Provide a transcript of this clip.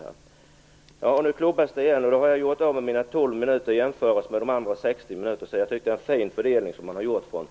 Nu klubbar herr talmannen igen, och jag har gjort av med mina tolv minuter i jämförelse med de andras sextio minuter. Jag tycker att man har gjort en sned fördelning från presidiet.